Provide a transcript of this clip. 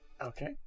Okay